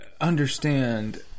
understand